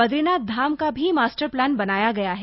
बदरीनाथ धाम का भी master plan बनाया गया है